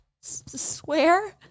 swear